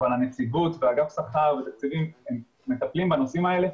הנציבות ואגף שכר ותקציבים מטפלים בנושאים האלה,